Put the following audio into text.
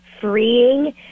freeing